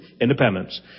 independence